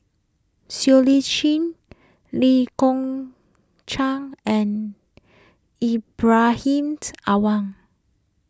Siow Lee Chin Lee Kong Chian and Ibrahim Awang